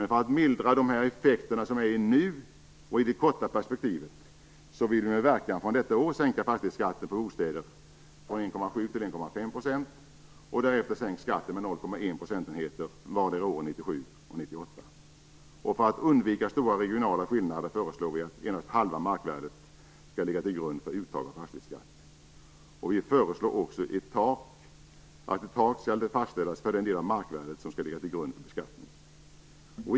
För att mildra de orimliga effekterna nu och i det korta perspektivet vill vi, med verkan från detta år, sänka fastighetsskatten på bostäder från 1,7 % till 1,5 %. Vi vill också att skatten därefter sänks med 0,1 procentenheter vardera året 1997 och 1998. För att undvika stora regionala skillnader föreslår vi att endast halva markvärdet skall ligga till grund för uttag av fastighetsskatt. Vi föreslår också att ett tak fastställs för den del av markvärdet som skall ligga till grund för beskattning.